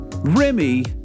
Remy